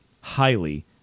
highly